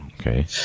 Okay